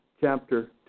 chapter